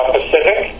Pacific